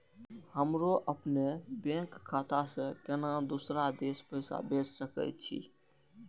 हमरो अपने बैंक खाता से केना दुसरा देश पैसा भेज सके छी?